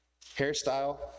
Hairstyle